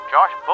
Josh